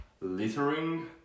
littering